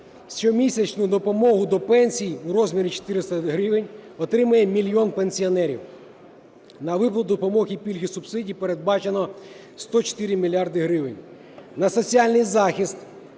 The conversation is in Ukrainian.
Щомісячну допомогу до пенсій у розмірі 400 гривень отримає мільйон пенсіонерів. На виплату допомоги, пільг і субсидій передбачено 104 мільярди гривень. На соціальний захист